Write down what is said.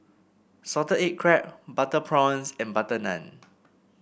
Salted Egg Crab Butter Prawns and butter naan